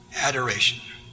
adoration